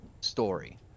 story